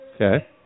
Okay